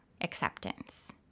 acceptance